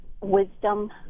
Wisdom